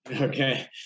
Okay